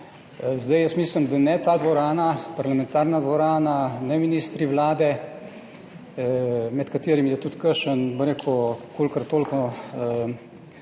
Jaz mislim, da ne ta dvorana, parlamentarna dvorana, ne ministri Vlade, med katerimi je tudi kakšen kolikor toliko